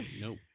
Nope